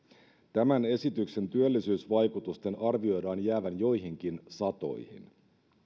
tämän esityksen työllisyysvaikutusten arvioidaan jäävän joihinkin satoihin